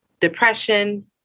depression